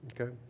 Okay